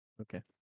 Okay